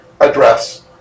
address